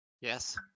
Yes